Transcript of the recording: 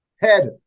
head